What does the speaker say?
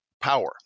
power